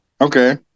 Okay